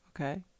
Okay